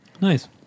Nice